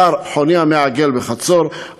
אתר חוני המעגל בחצור,